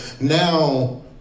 now